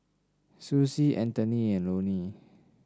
Sussie Antony and Lonie